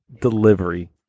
delivery